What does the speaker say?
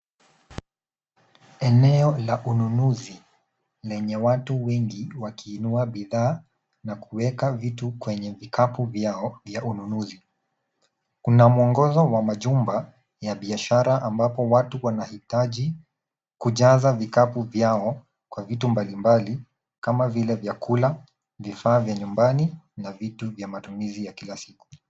Shopping Area. That's what a lot of people use; they pick their items and place them in the shopping cart. There are guidelines to the supermarket counters that people use in order to help fill their shopping carts with various things such as foodstuffs, household appliances and daily use items.